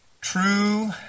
True